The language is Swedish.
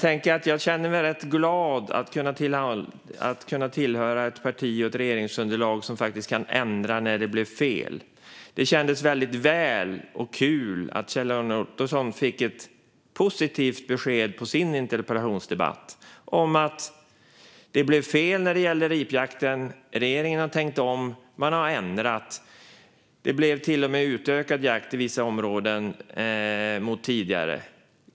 Jag känner mig glad att tillhöra ett parti och ett regeringsunderlag som kan ändra på det som har blivit fel. Det kändes bra och kul att Kjell-Arne Ottosson fick ett positivt besked i sin interpellationsdebatt om att det blev fel när det gällde ripjakten, att regeringen har tänkt om och att man har ändrat det hela. I vissa områden blev det till och med utökad jakt jämfört med tidigare.